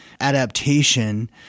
adaptation